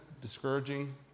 discouraging